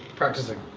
practicing.